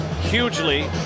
hugely